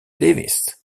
davis